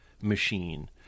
machine